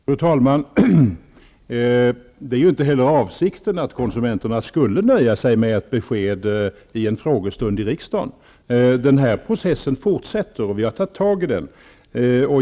Fru talman! Avsikten var heller inte att konsumenterna skulle nöja sig med ett besked i en frågestund i riksdagen. Den här processen fortsätter, och vi har tagit tag i den.